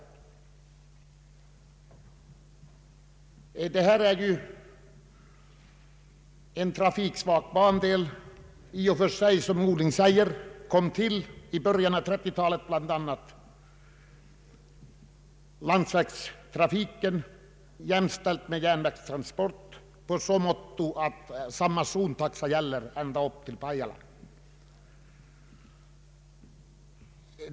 Såsom statsrådet Norling säger i sitt svar gäller det här en trafiksvag bandel. Den tillkom i början av 1930-talet. Landsvägstrafiken jämställs med järnvägstrafiken i så måtto att samma zontaxa gäller ända upp till Pajala.